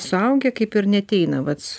suaugę kaip ir neateina vat